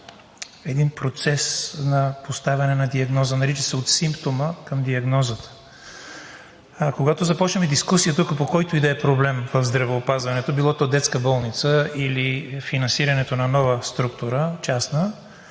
един процес на поставяне на диагноза, нарича се – от симптома към диагнозата. Когато започнем дискусия тук, по който и да е проблем в здравеопазването – било то детска болница или финансирането на нова частна